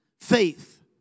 Faith